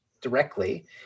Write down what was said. directly